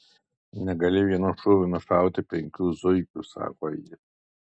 negali vienu šūviu nušauti penkių zuikių sako ji